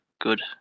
good